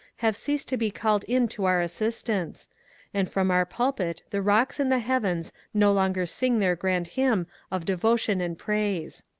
have ceased to be called in to our assistance and from our pulpit the rocks and the heavens no longer sing their grand hymn of devotion and praise.